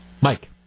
Mike